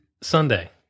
Sunday